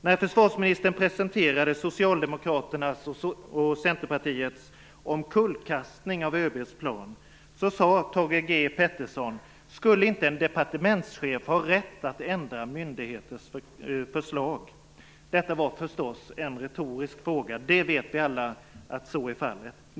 När försvarsministern presenterade Socialdemokraternas och Centerpartiets omkullkastning av ÖB:s plan sade Thage G Peterson: Skulle inte en departementschef ha rätt att ändra en myndighets förslag? Detta var förstås en retorisk fråga. Vi vet alla att så är fallet.